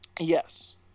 Yes